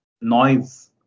noise